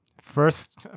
First